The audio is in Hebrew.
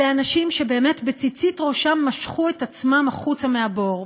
אלה אנשים שבאמת בציצית ראשם משכו את עצמם החוצה מהבור,